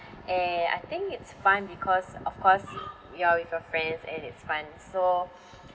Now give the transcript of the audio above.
and I think it's fine because of course you are with your friends and it's fun so